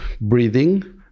breathing